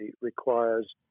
requires